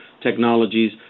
technologies